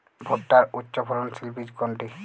ভূট্টার উচ্চফলনশীল বীজ কোনটি?